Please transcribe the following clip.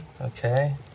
Okay